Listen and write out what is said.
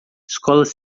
escolas